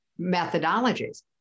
methodologies